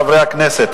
חברי הכנסת,